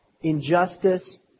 injustice